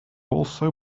also